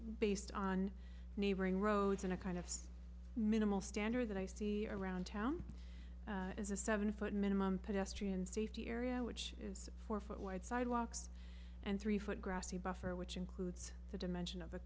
based on neighboring roads and a kind of minimal standard that i see around town as a seven foot minimum pedestrian safety area which is four foot wide sidewalks and three foot grassy buffer which includes the dimension of